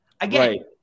Again